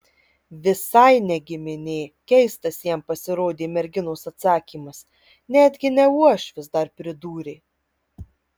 visai ne giminė keistas jam pasirodė merginos atsakymas netgi ne uošvis dar pridūrė